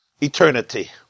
eternity